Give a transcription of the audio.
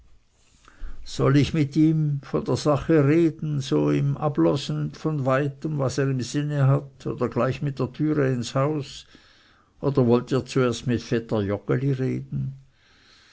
soll ich mit ihm von der sache reden so ihm ablosen von weitem was er im sinne hat oder gleich mit der türe ins haus oder wollt ihr zuerst mit vetter joggeli reden